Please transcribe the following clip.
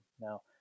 Now